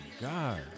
God